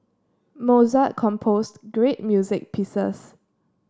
Mozart composed great music pieces